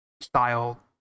style